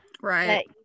right